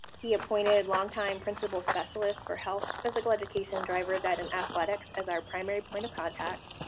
he appointed long time principal specialist for health, physical education, drivers' ed and athletics as our primary point of contact.